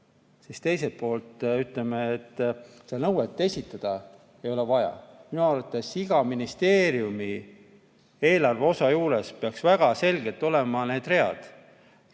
teiselt poolt ütleme, et seda nõuet esitada ei ole vaja. Minu arvates peaks iga ministeeriumi eelarve osa juures väga selgelt olema read